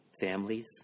families